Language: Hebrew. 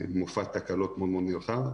מופע תקלות מאוד נרחב,